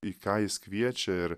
į ką jis kviečia ir